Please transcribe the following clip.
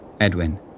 Edwin